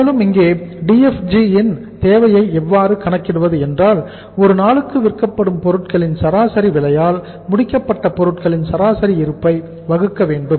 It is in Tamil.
மேலும் இங்கே DFG ன் தேவையை எவ்வாறு கணக்கிடுவது என்றால் ஒரு நாளுக்கு விற்கப்படும் பொருட்களின் சராசரி விலையால் முடிக்கப்பட்ட பொருட்களின் சராசரி இருப்பை வகுக்க வேண்டும்